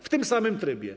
W tym samym trybie.